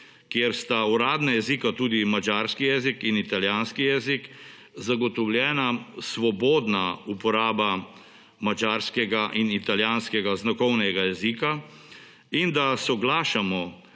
kjer sta uradna jezika tudi madžarski jezik in italijanski jezik, zagotovljena svobodna uporaba madžarskega in italijanskega znakovnega jezika in da soglašamo,